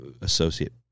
associate